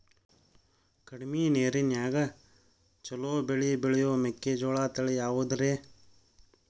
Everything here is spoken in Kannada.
ಕಡಮಿ ನೇರಿನ್ಯಾಗಾ ಛಲೋ ಬೆಳಿ ಬೆಳಿಯೋ ಮೆಕ್ಕಿಜೋಳ ತಳಿ ಯಾವುದ್ರೇ?